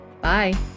Bye